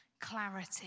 clarity